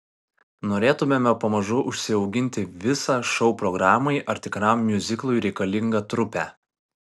norėtumėme pamažu užsiauginti visą šou programai ar tikram miuziklui reikalingą trupę